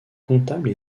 comptable